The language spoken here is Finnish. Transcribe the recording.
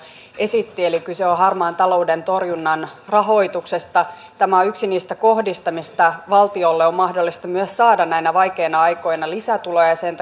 esittivät eli kyse on harmaan talouden torjunnan rahoituksesta tämä on yksi niistä kohdista mistä valtiolle on mahdollista myös saada näinä vaikeina aikoina lisätuloja sen